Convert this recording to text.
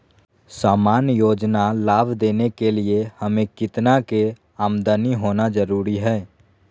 सामान्य योजना लाभ लेने के लिए हमें कितना के आमदनी होना जरूरी है?